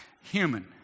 human